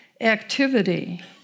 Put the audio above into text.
activity